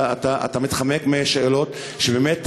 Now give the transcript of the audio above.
אתה מתחמק משאלות שבאמת,